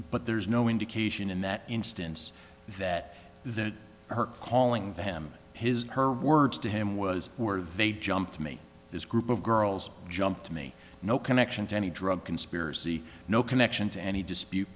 but there's no indication in that instance that that her calling to him his her words to him was were vague jump to me this group of girls jumped me no connection to any drug conspiracy no connection to any dispute